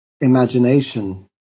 imagination